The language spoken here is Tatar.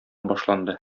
башланды